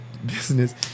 business